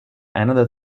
another